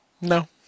No